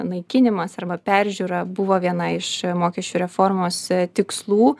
naikinimas arba peržiūra buvo viena iš mokesčių reformos tikslų